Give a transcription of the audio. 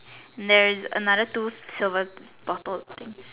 there's another two silver bottled things